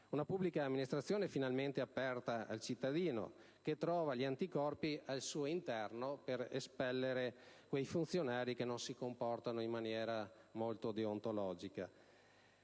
una pubblica amministrazione finalmente aperta al cittadino, che trova gli anticorpi al suo interno per espellere quei funzionari che non si comportano in maniera molto deontologica.